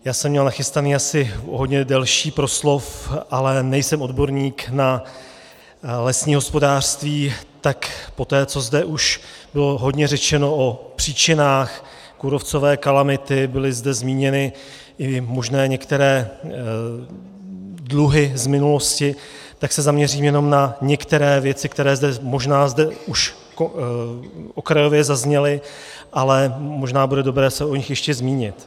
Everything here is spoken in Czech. Já jsem měl nachystaný asi o hodně delší proslov, ale nejsem odborník na lesní hospodářství, tak poté, co zde už bylo hodně řečeno o příčinách kůrovcové kalamity, byly zde zmíněny i možné některé dluhy z minulosti, tak se zaměřím jenom na některé věci, které zde možná už okrajově zazněly, ale možná bude dobré se o nich ještě zmínit.